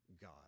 God